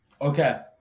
Okay